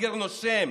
סגר נושם.